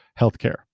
healthcare